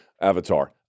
avatar